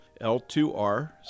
L2R